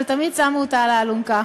אבל תמיד שמו אותה על האלונקה.